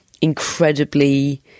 incredibly